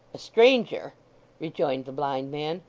a stranger rejoined the blind man.